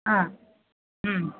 ಹಾಂ ಹ್ಞೂ